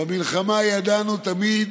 במלחמה ידענו תמיד